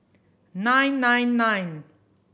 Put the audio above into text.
nine nine nine